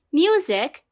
music